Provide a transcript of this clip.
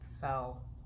fell